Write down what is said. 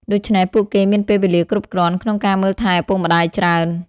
ដូច្នេះ ពួកគេមានពេលវេលាគ្រប់គ្រាន់ ក្នុងការមើលថែឪពុកម្តាយច្រើន។